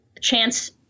chance